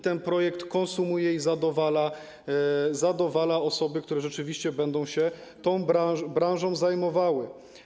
Ten projekt konsumuje to i zadowala osoby, które rzeczywiście będą się tą branżą zajmowały.